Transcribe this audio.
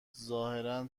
ظاهرا